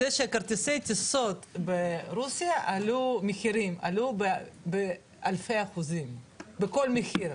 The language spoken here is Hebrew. היא שכרטיסי הטיסות מרוסיה עלו באלפי אחוזים במחירים,